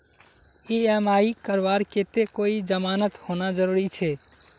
EMI करवार केते कोई जमानत होना जरूरी छे?